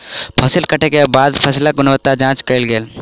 फसिल कटै के बाद फसिलक गुणवत्ताक जांच कयल गेल